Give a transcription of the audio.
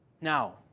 Now